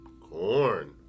corn